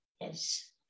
Yes